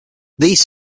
these